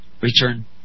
return